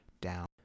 down